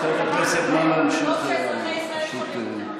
אזרחי ישראל, מזכירת הכנסת,